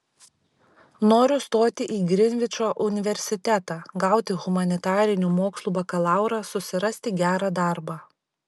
noriu stoti į grinvičo universitetą gauti humanitarinių mokslų bakalaurą susirasti gerą darbą